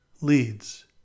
leads